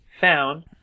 found